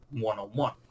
one-on-one